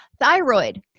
Thyroid